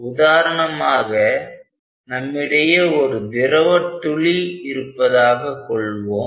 உதாரணமாக நம்மிடையே ஒரு திரவ துளி இருப்பதாகக் கொள்வோம்